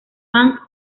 bank